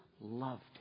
loved